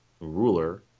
ruler